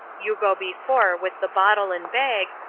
you go before, with the bottle and bag,